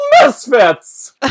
Misfits